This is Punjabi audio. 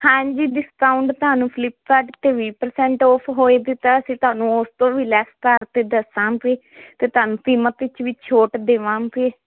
ਹਾਂਜੀ ਡਿਸਕਾਊਂਟ ਤੁਹਾਨੂੰ ਫਲਿਪ ਕਾਰਟ 'ਤੇ ਵੀਹ ਪ੍ਰਸੈਂਟ ਆਫ ਹੋਏ ਦੇ ਤਾਂ ਅਸੀਂ ਤੁਹਾਨੂੰ ਉਸ ਤੋਂ ਵੀ ਲੈਸ ਕਰਕੇ ਦੱਸਾਂਗੇ ਤੇ ਤੁਹਾਨੂੰ ਕੀਮਤ ਵਿੱਚ ਵੀ ਛੋਟ ਦੇਵਾਂਗੇ